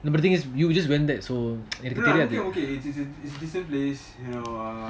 no but the thing is you just went there so என்னக்கு தெரியாது:ennnaku teriyathu